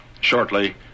shortly